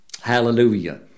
Hallelujah